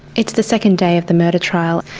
it's the second day of the murder trial.